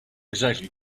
exactly